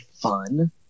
fun